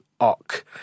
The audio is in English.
Ock